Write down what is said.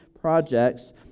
projects